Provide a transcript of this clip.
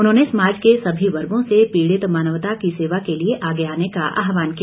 उन्होंने समाज के सभी वर्गों से पीड़ित मानवता की सेवा के लिए आगे आने का आहवान किया